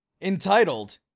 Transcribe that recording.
entitled